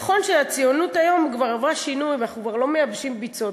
נכון שהציונות היום כבר עברה שינוי ואנחנו כבר לא מייבשים ביצות,